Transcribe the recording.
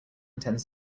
tends